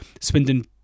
Swindon